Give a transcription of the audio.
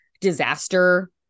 disaster